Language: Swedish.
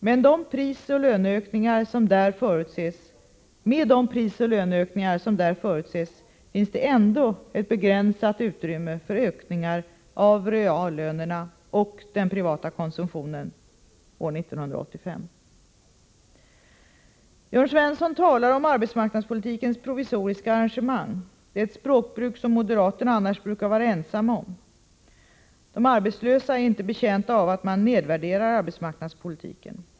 Med de prisoch löneökningar som där förutses finns det ändå ett begränsat utrymme för ökningar av reallönerna och den privata konsumtionen år 1985. Jörn Svensson talar om arbetsmarknadspolitikens provisoriska arrangemang. Det är ett språkbruk som moderaterna annars brukar vara ensamma om. De arbetslösa är inte betjänta av att man nedvärderar arbetsmarknadspolitiken.